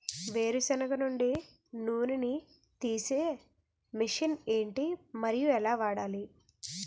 వేరు సెనగ నుండి నూనె నీ తీసే మెషిన్ ఏంటి? మరియు ఎలా వాడాలి?